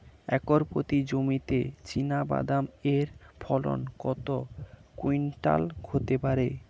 Acre প্রতি জমিতে চীনাবাদাম এর ফলন কত কুইন্টাল হতে পারে?